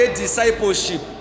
discipleship